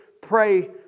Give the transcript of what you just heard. pray